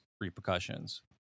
repercussions